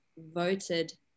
voted